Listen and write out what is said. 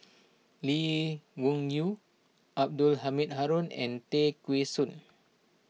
Lee Wung Yew Abdul Halim Haron and Tay Kheng Soon